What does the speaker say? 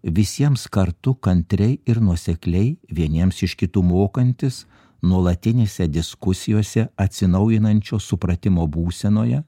visiems kartu kantriai ir nuosekliai vieniems iš kitų mokantis nuolatinėse diskusijose atsinaujinančio supratimo būsenoje